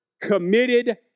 committed